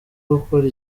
gukora